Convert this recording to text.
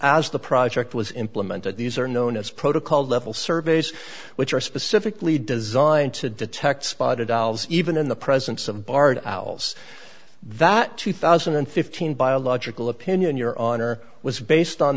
as the project was implemented these are known as protocol level surveys which are specifically designed to detect spotted owls even in the presence of barred owls that two thousand and fifteen biological opinion you're on or was based on